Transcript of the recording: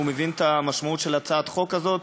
הוא מבין את המשמעות של הצעת החוק הזאת,